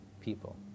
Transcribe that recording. people